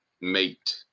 mate